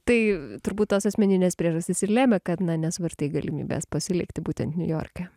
tai turbūt tos asmeninės priežastys ir lėmė kad nesvarstai galimybės pasilikti būtent niujorke